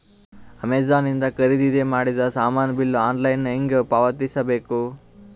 Amazon ಇಂದ ಖರೀದಿದ ಮಾಡಿದ ಸಾಮಾನ ಬಿಲ್ ಆನ್ಲೈನ್ ಹೆಂಗ್ ಪಾವತಿಸ ಬೇಕು?